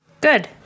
Good